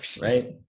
right